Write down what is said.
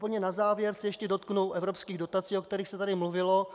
Úplně na závěr se ještě dotknu evropských dotací, o kterých se tu mluvilo.